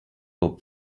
rob